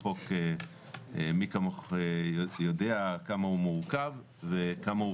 מי כמוך יודע כמה החוק מורכב וכמה הוא